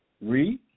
Read